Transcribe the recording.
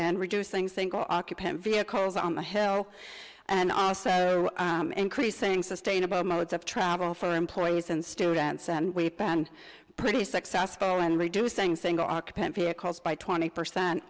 and reducing single occupant vehicles on the hill and also increasing sustainable modes of travel for employees and students and we've been pretty successful in reducing single occupancy vehicles by twenty percent